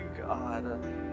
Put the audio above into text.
God